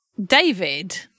David